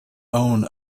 own